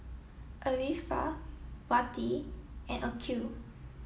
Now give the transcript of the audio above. Arifa Wati and Aqil